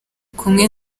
kumwe